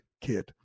kid